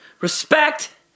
Respect